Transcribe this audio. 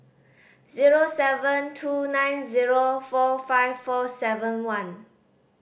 zero seven two nine zero four five four seven one